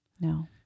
No